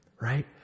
Right